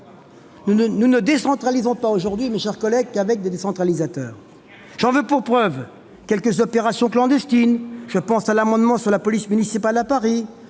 Nous ne décentralisons pas aujourd'hui qu'avec des décentralisateurs ! J'en veux pour preuve quelques opérations clandestines- je pense à l'amendement relatif à la police municipale à Paris